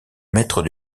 mètres